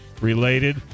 related